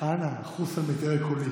פשוט ביזיון.